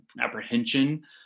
apprehension